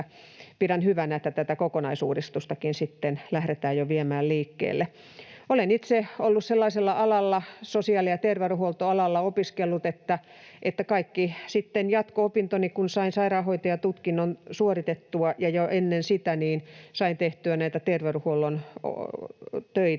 pidän hyvänä, että tätä kokonaisuudistustakin lähdetään jo viemään liikkeelle. Olen itse sellaisella alalla opiskellut, sosiaali‑ ja terveydenhuoltoalalla, että sitten kun sain sairaanhoitajatutkinnon suoritettua, ja jo ennen sitä, sain tehtyä terveydenhuollon töitä,